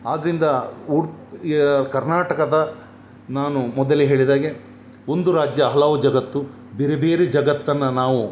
ಆದ್ದರಿಂದ ಉಡ್ಪಿಯ ಕರ್ನಾಟಕದ ನಾನು ಮೊದಲೇ ಹೇಳಿದಾಗೆ ಒಂದು ರಾಜ್ಯ ಹಲವು ಜಗತ್ತು ಬೇರೆ ಬೇರೇ ಜಗತ್ತನ್ನ ನಾವು